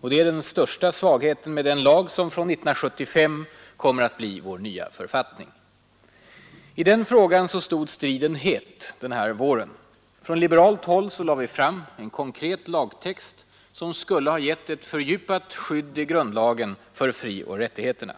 Det är den största svagheten med den lag som från år 1975 kommer att bli vår nya författning. I den frågan stod striden het under våren. Från liberalt håll lade vi fram en konkret lagtext som skulle ha gett ett fördjupat skydd i grundlagen för frioch rättigheterna.